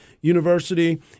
University